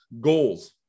goals